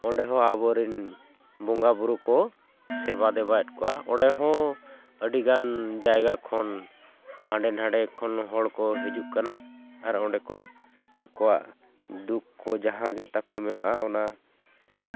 ᱚᱸᱰᱮ ᱦᱚᱸ ᱟᱵᱚᱨᱮᱱ ᱵᱚᱸᱜᱟᱼᱵᱩᱨᱩ ᱠᱚ ᱥᱮᱵᱟ ᱫᱮᱵᱟᱭᱮᱫ ᱠᱚᱣᱟ ᱚᱸᱰᱮ ᱦᱚᱸ ᱟᱹᱰᱤ ᱜᱟᱱ ᱡᱟᱭᱜᱟ ᱠᱷᱚᱱ ᱦᱟᱸᱰᱮ ᱱᱟᱰᱮ ᱠᱷᱚᱱ ᱦᱚᱲ ᱠᱚ ᱦᱤᱡᱩᱜ ᱠᱟᱱᱟ ᱟᱨ ᱚᱸᱰᱮ ᱠᱚ ᱟᱠᱚᱣᱟᱜ ᱫᱩᱠ ᱠᱚ ᱡᱟᱦᱟᱸ ᱜᱮ ᱛᱟᱠᱚ ᱢᱮᱱᱟᱜᱼᱟ ᱚᱱᱟ ᱠᱚ